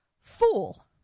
Fool